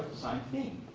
same thing,